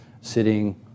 sitting